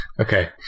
Okay